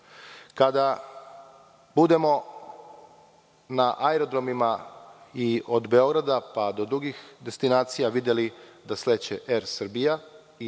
Kada budemo na aerodromima od Beograda, pa do drugih destinacija videli da sleće AIR Srbija